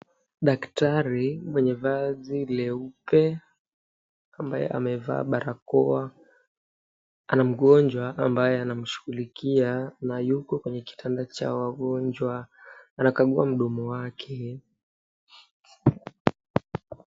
Daktari mwenye vazi leupe ambaye amevaa barakoa ana mgonjwa ambaye anamshughulika na yuko kwenye 𝑘itanda cha wagonjwa, anakagua mdomo wake.